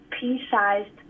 pea-sized